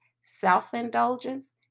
self-indulgence